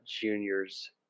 juniors